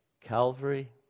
Calvary